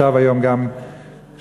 היום גם שמענו,